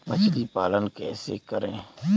मछली पालन कैसे करें?